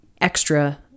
extra